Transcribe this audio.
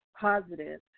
positive